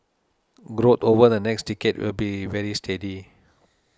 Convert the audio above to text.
growth over the next decade will be very steady